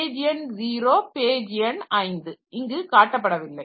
page எண் 0 page எண் 5 இங்கு காட்டப்படவில்லை